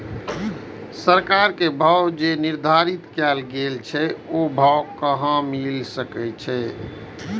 सरकार के भाव जे निर्धारित कायल गेल छै ओ भाव कहाँ मिले छै?